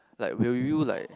like will you like